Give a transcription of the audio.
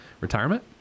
retirement